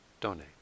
donate